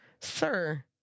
Sir